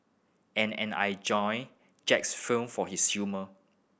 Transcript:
and and I enjoy Jack's film for his humour